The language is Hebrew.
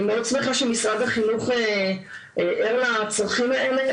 אני מאוד שמחה שמשרד החינוך ער לצרכים האלה,